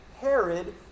Herod